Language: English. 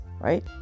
Right